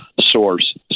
source